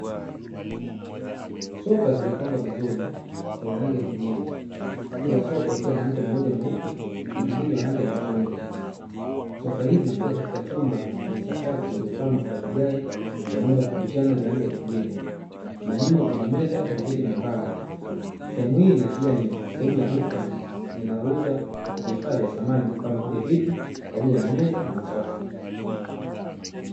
Sofa zilizopangwa vizuri zenye rangi ya kijivu, kila sofa ikiwa na mto mmoja mweupe na mwingine wa rangi ya machungwa. Sofa hizi zikiwa katika chumba chenye sakafu iliyopambwa kwa vigae vya muundo wa kupishana vyenye rangi ya kijivu na nyuma kuna meza na viti vya mbao. Sehemu hii inaashiria ni sehemu ya duka linalouza vifaa vya samani kama vile: viti, pamoja na meza na masofa.